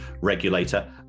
regulator